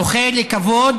הוא זוכה לכבוד